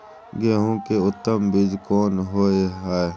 गेहूं के उत्तम बीज कोन होय है?